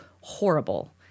horrible